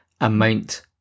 amount